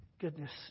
Goodness